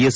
S